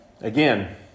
Again